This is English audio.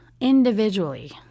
individually